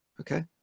okay